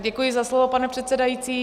Děkuji za slovo, pane předsedající.